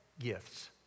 gifts